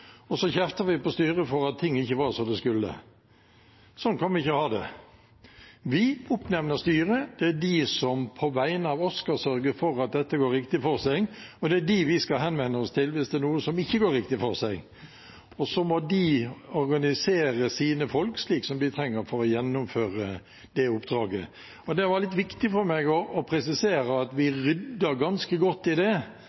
og så kjefter vi på styret for at ting ikke var som de skulle. Sånn kan vi ikke ha det. Vi oppnevner styret, og det er de som på vegne av oss skal sørge for at dette går riktig for seg, og det er dem vi skal henvende oss til hvis det er noe som ikke går riktig for seg. Og så må de organisere sine folk på den måten de trenger for å gjennomføre det oppdraget. Det var litt viktig for meg å presisere at